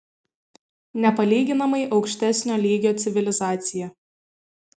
nepalyginamai aukštesnio lygio civilizacija